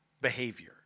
behavior